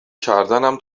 کردنم